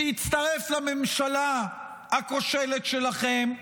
שהצטרף לממשלה הכושלת שלכם,